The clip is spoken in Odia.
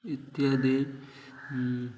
ଇତ୍ୟାଦି